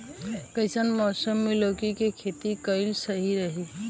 कइसन मौसम मे लौकी के खेती करल सही रही?